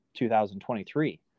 2023